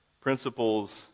principles